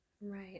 Right